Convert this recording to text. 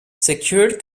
secured